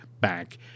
back